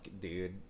dude